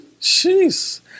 Jeez